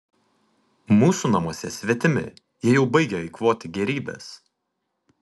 mūsų namuose svetimi jie jau baigia eikvoti gėrybes